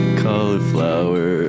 cauliflower